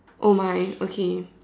oh my okay